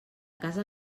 casa